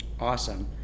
Awesome